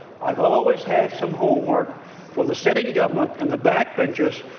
i've always had some homework for the sitting government and the backbenchers,